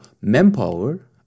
manpower